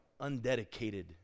undedicated